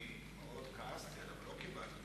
גם בעניין הזה הממשלה נוהגת ונהגה לא בהגינות